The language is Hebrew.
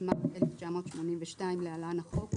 התשמ"ב 1982 (להלן החוק),